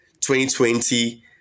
2020